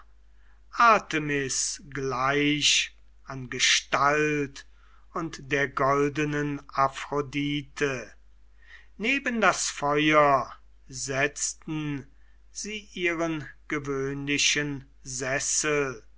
artemis gleich an gestalt und der goldenen aphrodite neben das feuer setzten sie ihren gewöhnlichen sessel